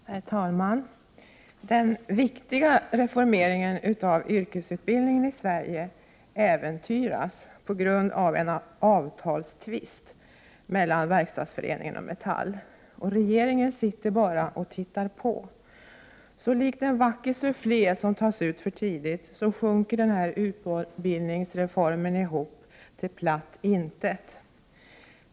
Herr talman! Den viktiga reformeringen av yrkesutbildningen i Sverige äventyras på grund av en avtalstvist mellan Verkstadsföreningen och Metall. Regeringen sitter bara och tittar på. Likt en vacker sufflé som tas ut för tidigt, sjunker utbildningsreformen ihop till platt intet!